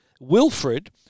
Wilfred